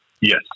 Yes